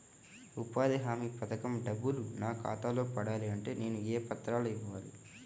ఉపాధి హామీ పథకం డబ్బులు నా ఖాతాలో పడాలి అంటే నేను ఏ పత్రాలు ఇవ్వాలి?